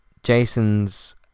Jason's